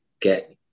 get